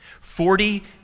Forty